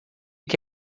que